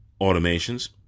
Automations